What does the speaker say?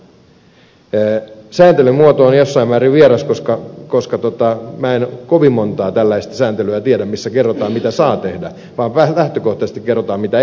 sääntelyn muoto on jossain määrin vieras koska minä en kovin montaa tällaista sääntelyä tiedä missä kerrotaan mitä saa tehdä vaan lähtökohtaisesti kerrotaan mitä ei saisi tehdä